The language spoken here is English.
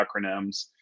acronyms